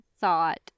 thought